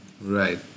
Right